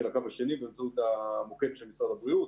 הקו השני באמצעות המוקד של משרד הבריאות.